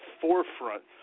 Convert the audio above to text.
forefront